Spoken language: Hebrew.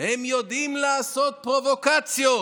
היו הרבה קולות שלא גינו.